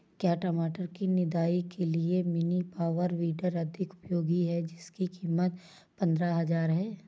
क्या टमाटर की निदाई के लिए मिनी पावर वीडर अधिक उपयोगी है जिसकी कीमत पंद्रह हजार है?